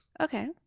Okay